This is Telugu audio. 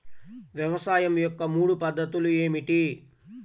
వ్యవసాయం యొక్క మూడు పద్ధతులు ఏమిటి?